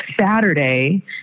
Saturday